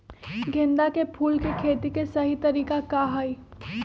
गेंदा के फूल के खेती के सही तरीका का हाई?